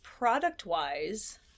Product-wise